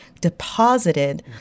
deposited